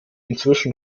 inzwischen